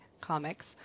Comics